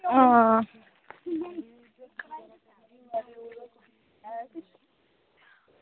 आं